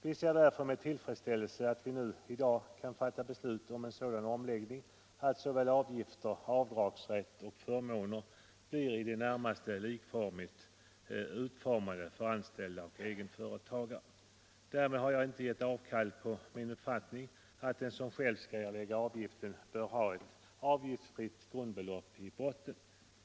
Vi ser mot denna bakgrund med tillfredsställelse att det i dag kan fattas beslut om en sådan omläggning att såväl avgifter och avdragsrätt som förmåner blir i det närmaste likformiga för anställda och egenföretagare. Därmed har jag inte gett avkall på min uppfattning att den som själv skall erlägga avgiften bör ha ett avgiftsfritt grundbelopp i botten.